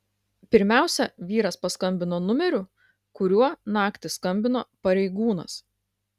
pirmiausia vyras paskambino numeriu kuriuo naktį skambino pareigūnas